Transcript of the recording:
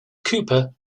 cooper